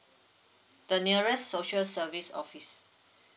the nearest social service office